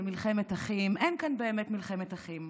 מלחמת אחים אין כאן באמת מלחמת אחים